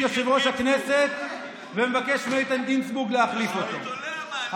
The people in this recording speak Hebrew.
יושב-ראש הכנסת ומבקש מאיתן גינזבורג להחליף אותו.